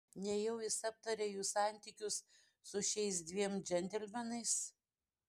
nejau jis aptarė jų santykius su šiais dviem džentelmenais